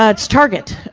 ah it's target-run!